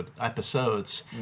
episodes